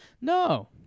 No